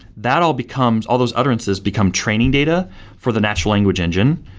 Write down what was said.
that all becomes all those utterances become training data for the natural language engine.